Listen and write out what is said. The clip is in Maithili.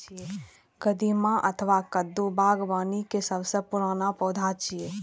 कदीमा अथवा कद्दू बागबानी के सबसं पुरान पौधा छियै